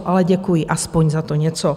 Ale děkuji aspoň za to něco.